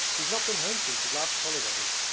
he's not been home since last holidays.